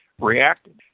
reacted